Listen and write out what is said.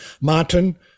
Martin